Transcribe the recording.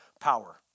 power